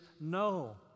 no